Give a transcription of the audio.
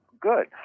good